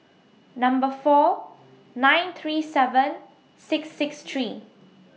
Number four nine three seven six six three